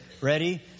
Ready